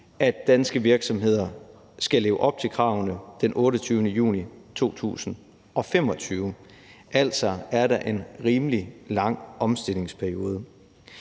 at danske virksomheder skal leve op til kravene far den 28. juni 2025. Altså er der en rimelig lang omstillingsperiode.